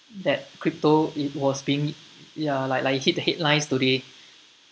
that crypto it was being ya like like it hit the headlines today